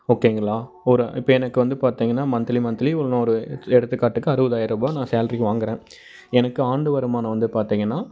ஓகேங்களா ஒரு இப்போ எனக்கு வந்து பார்த்தீங்கன்னா மந்த்லி மந்த்லி இன்னும் ஒரு எடுத்துகாட்டுக்கு அறுபதாயருபா நான் சேல்ரி வாங்குறேன் எனக்கு ஆண்டு வருமானம் வந்து பார்த்தீங்கன்னா